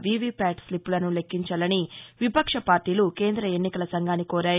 VV Pat స్లిప్పులను లెక్కించాలని విపక్ష పార్టీలు కేంద ఎన్నికల సంఘాన్ని కోరాయి